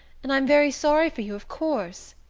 and i'm very sorry for you, of course,